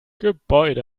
gebäude